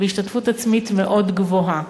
בהשתתפות עצמית מאוד גבוהה.